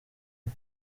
iba